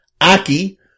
Aki